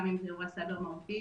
גם אם זה אירוע סייבר מהותי,